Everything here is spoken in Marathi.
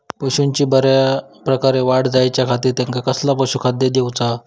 पशूंची बऱ्या प्रकारे वाढ जायच्या खाती त्यांका कसला पशुखाद्य दिऊचा?